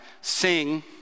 Sing